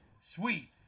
Sweet